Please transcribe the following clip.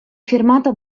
firmata